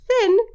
thin